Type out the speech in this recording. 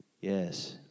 Yes